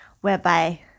whereby